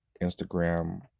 instagram